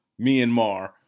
Myanmar